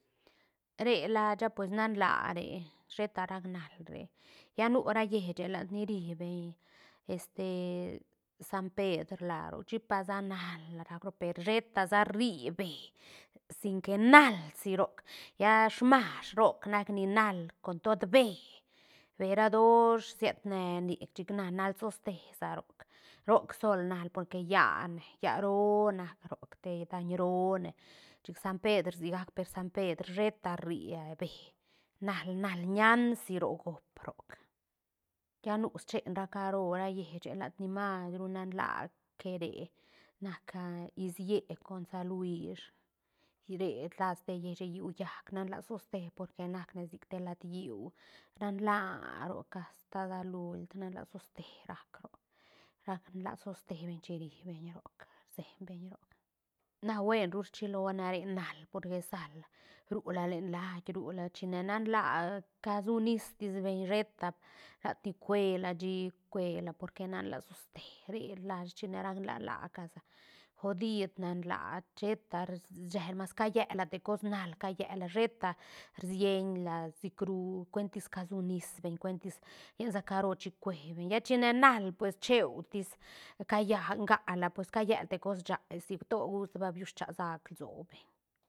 Re lasha pues nan laa re sheta rac naal re lla nu ra hieche lad ni ri beñ este san pedre la roc chi pasa naal rac roc per sheta sa rri beë sin que nalsi roc lla smash roc nac ni naal con tod beë beë ra dosh siet ne nic chic na naal toste sa roc roc sol naal porque yane yaá roo nac roc te daiñ roo ne chic san pedre sigac per san pedre sheta ri beë naal- naal ñain si ro gop roc lla nu schen ra caro ra llieche lad ni mas ru nan laa que re nac a isiet con saluish re la ste hieche lliú llac nan laa toste porque nac ne sic te lad lliú nan laa roc asta sa luit nan laa toste rac roc rac laa toste beñ chin ri beñ roc rseñ beñ roc na huen ru rchiloa na re naal porque sal ru la len lait rula china nan laa casunis tisbeñ sheta lati cuela shi cuela porque nan laa soste re lashne china rac laa laa ca sa godid nan laa sheta rshel mas callela te cos naal callela sheta rsienla sicru cuentis casunis beñ cuentis llensa caro chicue beñ lla chine naal pues cheutis caya- ngac la pues callela te cos shaesi to gust va viu chasag lso beñ